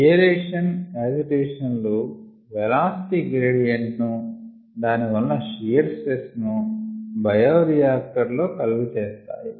aeration agitation లు velocity gradient ను దాని వలన షియర్ స్ట్రెస్ ను బయో రియాక్టర్ లో కలుగ చేస్తాయి